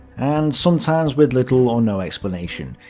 and sometimes with little or no explanation.